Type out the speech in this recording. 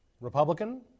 Republican